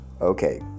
okay